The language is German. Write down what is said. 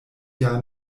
jahr